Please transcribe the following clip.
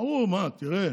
אמרו, תראה,